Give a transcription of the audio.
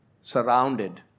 surrounded